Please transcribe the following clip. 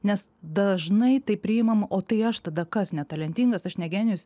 nes dažnai tai priimam o tai aš tada kas netalentingas aš ne genijus